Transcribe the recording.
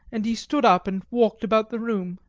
and he stood up and walked about the room.